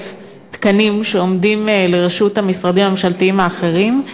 תקנים שעומדים לרשות המשרדים הממשלתיים האחרים.